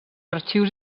arxius